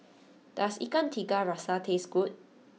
does Ikan Tiga Rasa taste good